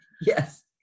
yes